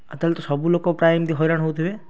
ଆଉ ତାହାଲେ ତ ସବୁଲୋକ ପ୍ରାୟେ ଏମିତି ହଇରାଣ ହଉଥିବେ